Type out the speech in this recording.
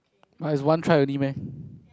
but is one try only meh